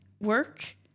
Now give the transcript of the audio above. work